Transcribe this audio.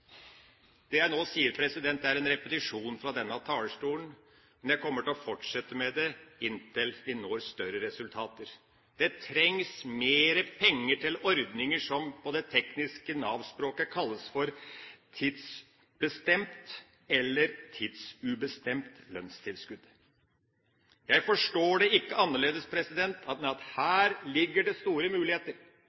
Det jeg nå sier, er en repetisjon fra denne talerstolen. Men jeg kommer til å fortsette inntil vi når større resultater. Det trengs mer penger til ordninger som på det tekniske Nav-språket kalles for «tidsbestemt» eller «tidsubestemt» lønnstilskudd. Jeg forstår det ikke annerledes enn at her ligger det store muligheter,